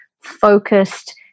focused